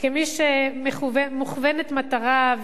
כמי שמכוונת מטרה,